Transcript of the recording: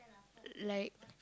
like